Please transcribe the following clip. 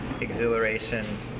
exhilaration